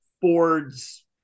Ford's